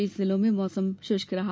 शेष जिलों में मौसम शुष्क रहा